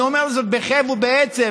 ואני אומר זאת בכאב ובעצב,